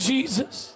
Jesus